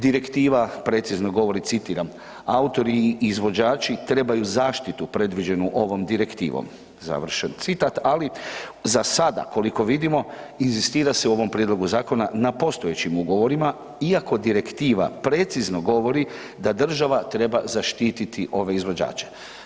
Direktiva precizno govori, citiram: „Autori i izvođači trebaju zaštitu predviđenu ovom direktivom“ ali za sada koliko vidimo, inzistira se u ovom prijedlogu zakona na postojećim ugovorima iako direktiva precizno govori da država treba zaštititi ove izvođače.